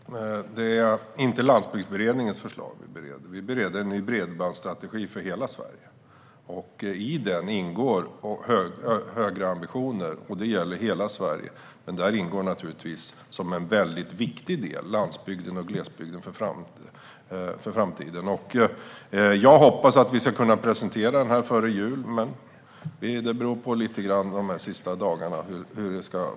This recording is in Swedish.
Herr talman! Det är inte Landsbygdskommitténs förslag vi bereder; vi bereder en ny bredbandsstrategi för hela Sverige. I den ingår högre ambitioner, och det gäller hela Sverige. Där ingår naturligtvis landsbygden och glesbygden som en väldigt viktig del för framtiden. Jag hoppas att vi ska kunna presentera strategin före jul, men det beror på vad som händer de här sista dagarna.